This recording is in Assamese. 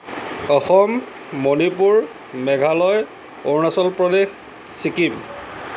অসম মণিপুৰ মেঘালয় অৰুণাচল প্ৰদেশ ছিকিম